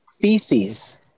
feces